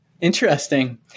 Interesting